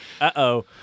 Uh-oh